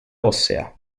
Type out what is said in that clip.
ossea